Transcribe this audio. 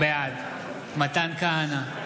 בעד מתן כהנא,